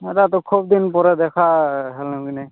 ହଁ ଦାଦା ତ ଖୁବ୍ ଦିନ୍ ପରେ ଦେଖା ହେଲ କି ନାଇଁ